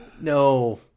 no